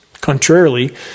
contrarily